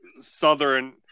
southern